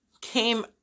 came